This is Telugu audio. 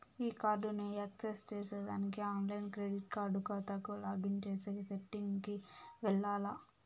ఈ కార్డుని యాక్సెస్ చేసేదానికి ఆన్లైన్ క్రెడిట్ కార్డు కాతాకు లాగిన్ చేసే సెట్టింగ్ కి వెల్లాల్ల